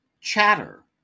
Chatter